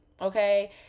okay